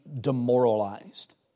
demoralized